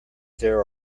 there